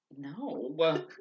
No